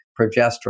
progesterone